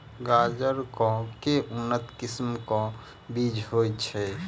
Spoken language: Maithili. गाजर केँ के उन्नत किसिम केँ बीज होइ छैय?